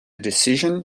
decision